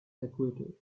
acquittal